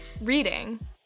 reading